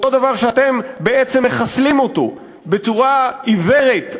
אותו דבר שאתם בעצם מחסלים אותו בצורה עיוורת,